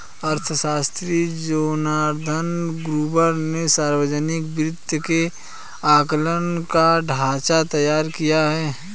अर्थशास्त्री Jonathan Gruber ने सावर्जनिक वित्त के आंकलन का ढाँचा तैयार किया है